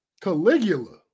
Caligula